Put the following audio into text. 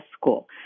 School